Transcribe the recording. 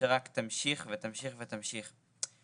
שרק תמשיך ותמשיך ותמשיך.